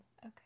Okay